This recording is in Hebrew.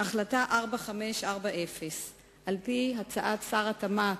הובא לידיעתי כי שר התעשייה,